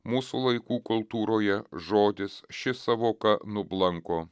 mūsų laikų kultūroje žodis ši sąvoka nublanko